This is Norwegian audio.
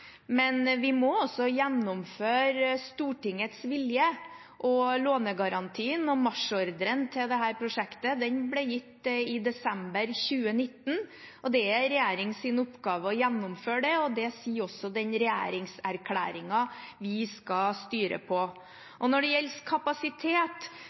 men vi må også gjennomføre Stortingets vilje. Lånegarantien og marsjordren til dette prosjektet ble gitt i desember 2019, og det er en regjerings oppgave å gjennomføre det. Det sier også den regjeringserklæringen vi skal styre